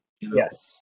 Yes